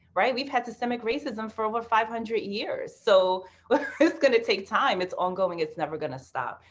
right. we have had systemic racism for over five hundred years. so like it's going to take time. it's ongoing. it's never going to stop.